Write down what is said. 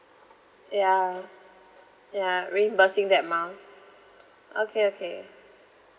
ya ya reimbursing that amount okay okay